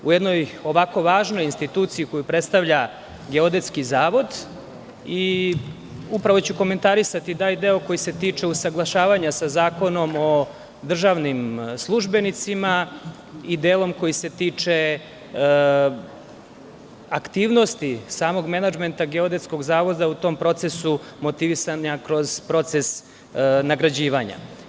U jednoj ovako važnoj instituciji koju predstavlja Geodetski zavod, upravo ću komentarisati onaj deo koji se tiče usaglašavanja sa Zakonom o državnim službenicima i delom koji se tiče aktivnosti samog menadžmenta Geodetskog zavoda u tom procesu motivisanja kroz proces nagrađivanja.